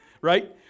right